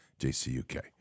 JCUK